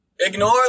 Ignore